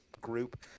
group